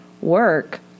work